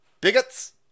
bigots